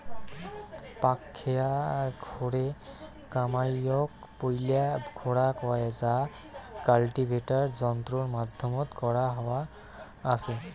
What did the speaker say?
পাকখেয়া খোরে কামাইয়ক পৈলা খোরা কয় যা কাল্টিভেটার যন্ত্রর মাধ্যমত করা হয়া আচে